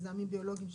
מזהמים ביולוגיים,